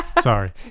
sorry